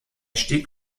stieg